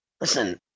Listen